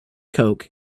coke